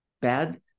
bad